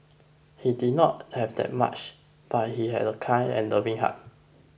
he did not have that much but he had a kind and loving heart